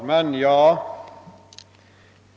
Herr talman!